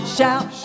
Shout